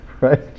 right